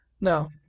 Now